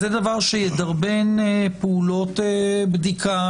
זה דבר שידרבן פעולות בדיקה.